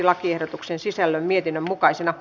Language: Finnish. lakiehdotuksen sisällön mietinnön mukaisena